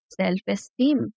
self-esteem